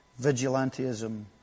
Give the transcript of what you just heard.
vigilantism